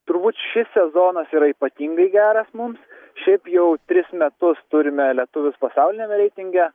turbūt šis sezonas yra ypatingai geras mums šiaip jau tris metus turime lietuvius pasauliniame reitinge